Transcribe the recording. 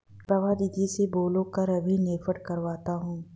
प्रभा दीदी से बोल कर अभी नेफ्ट करवाता हूं